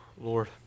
Lord